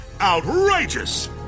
Outrageous